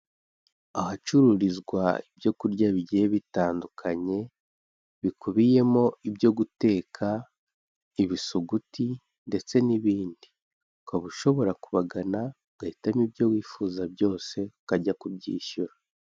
Ahacururizwa ibyokurya bigiye bitandukanye bikubiyemo ibyo guteka ibisuguti ndetse n'ibindi ukaba ushobora kubagana ugahitamo ibyo wifuza byose ukajya kubyishyura.